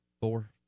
four